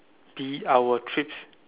be our treats